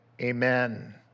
Amen